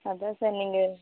அதான் சார் நீங்கள்